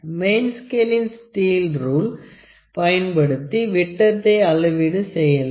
main ஸ்கேலின் steel rule பயன்படுத்தி விட்டத்தை அளவீடு செய்யலாம்